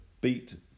beat